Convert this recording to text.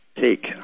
take